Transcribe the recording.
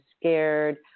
scared